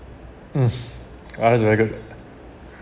mm ah that's very good